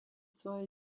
svoje